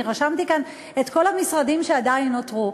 אני רשמתי כאן את כל המשרדים שעדיין נותרו.